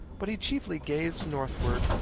but he chiefly gazed northwards,